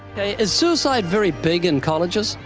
is suicide very big in colleges?